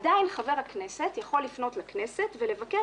עדיין חבר הכנסת יכול לפנות לכנסת ולבקש